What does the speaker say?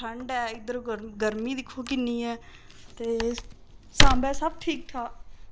ठंड ऐ इद्धर गर्मी दिक्खो किन्नी ऐ ते सांबा सब ठीक ठाक